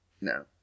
No